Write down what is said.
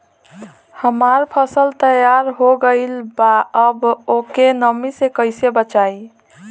हमार फसल तैयार हो गएल बा अब ओके नमी से कइसे बचाई?